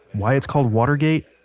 why it's called watergate,